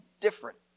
different